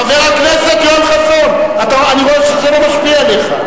חבר הכנסת יואל חסון, אני רואה שזה לא משפיע עליך.